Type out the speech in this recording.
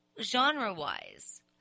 Genre-wise